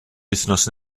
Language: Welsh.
wythnos